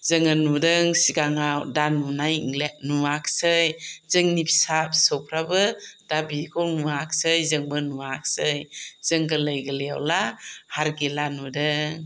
जोङो नुदों सिगांआव दा नुनाय नुवाखिसै जोंनि फिसा फिसौफोराबो दा बेखौ नुवाखिसै जोंबो नुवाखिसै जों गोरलै गोरलैयावब्ला हारगिला नुदों